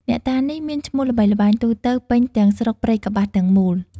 អ្នកតានេះមានឈ្មោះល្បីល្បាញទូទៅ ពេញទាំងស្រុកព្រៃកប្បាសទាំងមូល។